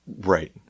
Right